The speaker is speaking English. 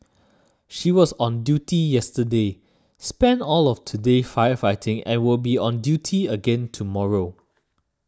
she was on duty yesterday spent all of today firefighting and will be on duty again tomorrow